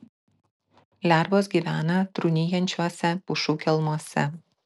lervos gyvena trūnijančiuose pušų kelmuose